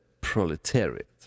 proletariat